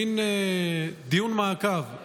מין דיון מעקב,